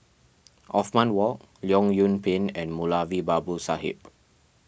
Othman Wok Leong Yoon Pin and Moulavi Babu Sahib